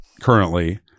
currently